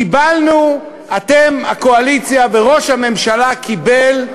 קיבלנו, אתם הקואליציה, וראש הממשלה קיבל,